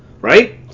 right